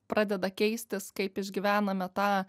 pradeda keistis kaip išgyvename tą